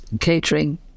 catering